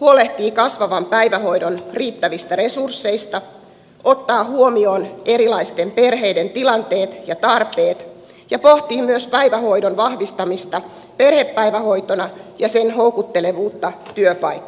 huolehtii kasvavan päivähoidon tarpeen riittävistä resursseista ottaa huomioon erilaisten perheiden tilanteet ja tarpeet ja pohtii myös päivähoidon vahvistamista perhepäivähoitona ja sen houkuttelevuutta työpaikkana